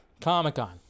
Comic-Con